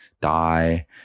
die